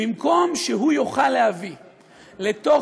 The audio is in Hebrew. במקום שהוא יוכל להביא לאולם,